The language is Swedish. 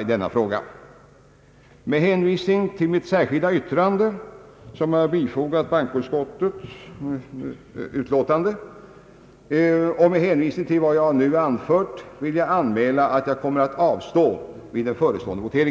i denna fråga. Med hänvisning till det särskilda yttrande som jag fogat vid bankoutskottets utlåtande och med hänvisning till vad jag nu anfört vill jag anmäla att jag kommer att avstå vid den förestående voteringen.